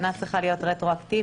אינה צריכה להיות רטרואקטיבית.